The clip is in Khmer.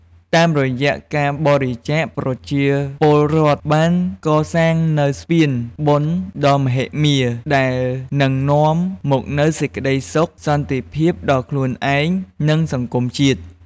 តាមរយៈការបរិច្ចាគ ប្រជាពលរដ្ឋបានកសាងនូវស្ពានបុណ្យដ៏មហិមា ដែលនឹងនាំមកនូវសេចក្តីសុខសន្តិភាពដល់ខ្លួនឯង និងសង្គមជាតិ។